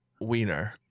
wiener